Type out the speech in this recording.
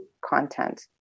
content